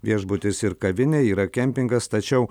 viešbutis ir kavinė yra kempingas tačiau